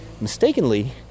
mistakenly